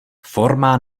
forma